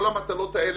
כל המטלות האלה,